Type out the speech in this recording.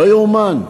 לא יאומן,